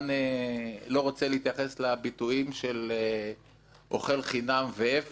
אני לא רוצה להתייחס לביטויים של "אוכל חינם" ו"אפס".